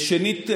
שנית,